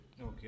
Okay